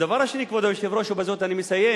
הדבר השני, כבוד היושב-ראש, ובזאת אני מסיים,